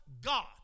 God